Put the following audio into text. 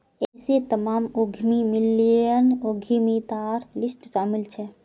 ऐसे तमाम उद्यमी मिल्लेनियल उद्यमितार लिस्टत शामिल छे